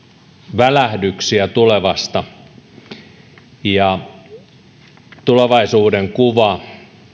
välähdyksiä tulevasta tulevaisuuden kuva